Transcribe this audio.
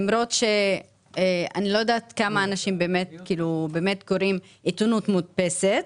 זה למרות שאני לא יודעת כמה אנשים באמת קוראים עיתונות מודפסת,